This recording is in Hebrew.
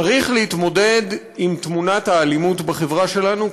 צריך להתמודד עם תמונת האלימות בחברה שלנו,